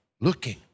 Looking